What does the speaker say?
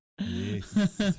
Yes